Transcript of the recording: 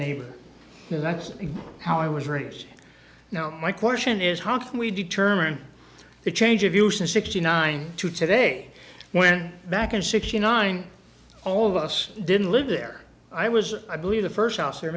neighbor and that's how i was raised now my question is how can we determine the change of use in sixty nine to today when back in sixty nine all of us didn't live there i was i believe the first house